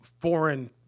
foreign